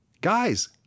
Guys